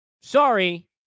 Sorry